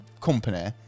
company